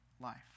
life